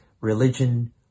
religion